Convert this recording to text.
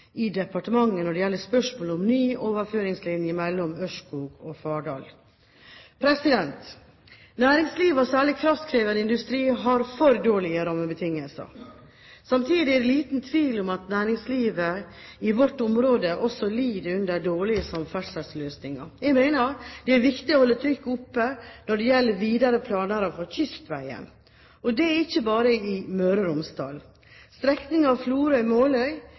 i departementet når det gjelder spørsmålet om ny overføringslinje mellom Ørskog og Fardal. Næringsliv, og særlig kraftkrevende industri, har for dårlige rammebetingelser. Samtidig er det liten tvil om at næringslivet i vårt område også lider under dårlige samferdselsløsninger. Jeg mener det er viktig å holde trykket oppe når det gjelder videre planer for kystveien. Det er ikke bare i Møre og Romsdal. Strekningen Florø–Måløy er en viktig del av prosjektet. Det er